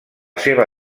seva